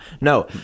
No